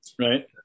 right